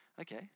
okay